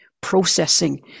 processing